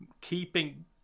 keeping